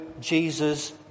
Jesus